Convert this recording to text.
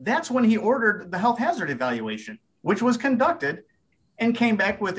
that's when he ordered the health hazard evaluation which was conducted and came back with